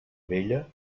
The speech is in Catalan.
vella